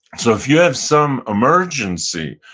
so if you have some emergency,